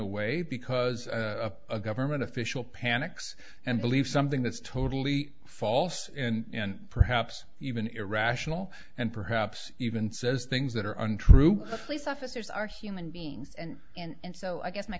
away because a government official panics and believe something that's totally false and perhaps even irrational and perhaps even says things that are untrue police officers are human beings and and so i guess my